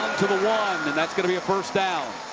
to the one. and that's going to be a first down.